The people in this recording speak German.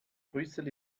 brüssel